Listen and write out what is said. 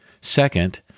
Second